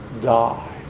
die